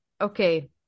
Okay